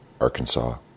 Arkansas